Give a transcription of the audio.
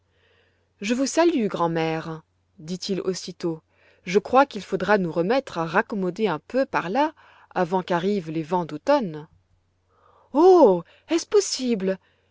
je vous salue grand'mère dit-il aussitôt je crois qu'il faudra nous remettre à raccommoder un peu par là avant qu'arrivent les vents d'automne oh est-ce possible